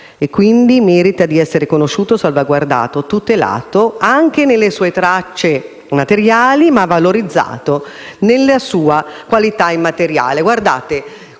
e, quindi, merita di essere conosciuto, salvaguardato e tutelato anche nelle sue tracce materiali, ma valorizzato nelle sua qualità immateriale.